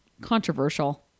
controversial